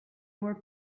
were